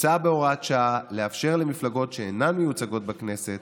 מוצע בהוראת שעה לאפשר למפלגות שאינן מיוצגות בכנסת